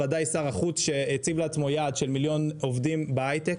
ודאי שר החוץ שהציב לעצמו יעד של מיליון עובדים בהיי-טק.